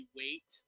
wait